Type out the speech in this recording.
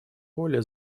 более